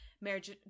marriage